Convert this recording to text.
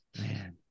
Man